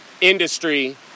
industry